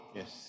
Yes